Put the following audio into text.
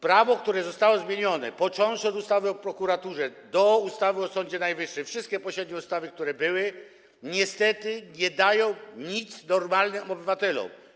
Prawo, które zostało zmienione, począwszy od ustawy o prokuraturze po ustawę o Sądzie Najwyższym, przez wszystkie pośrednie ustawy, które były, niestety nie dają nic normalnym obywatelom.